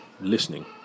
listening